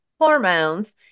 hormones